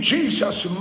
Jesus